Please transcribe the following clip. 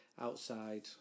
outside